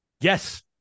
Yes